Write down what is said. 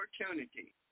opportunity